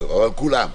אבל כולם,